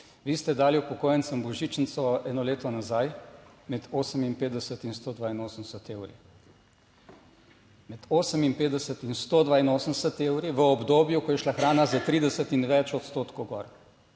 vi ste dali upokojencem božičnico eno leto nazaj, med 58 in 182 evri. Med 58 in 182 evri v obdobju, ko je šla hrana za 30 in več odstotkov gor.